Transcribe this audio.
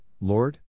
Lord